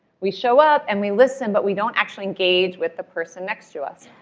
we show up, and we listen, but we don't actually engage with the person next to us.